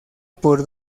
por